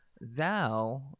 Thou